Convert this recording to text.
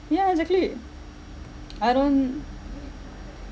ya exactly I don't